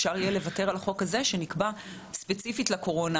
כך אפשר יהיה לוותר על החוק הזה שנקבע ספציפית לקורונה.